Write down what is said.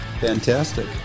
Fantastic